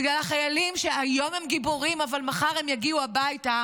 בגלל החיילים שהיום הם גיבורים אבל מחר הם יגיעו הביתה